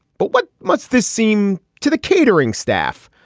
but what must this seem to the catering staff?